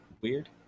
weird